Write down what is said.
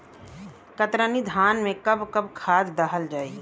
कतरनी धान में कब कब खाद दहल जाई?